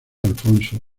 alfonso